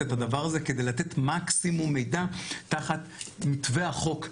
את הדבר הזה כדי לתת מקסימום מידע תחת מתווה החוק שקיים.